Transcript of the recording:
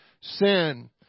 sin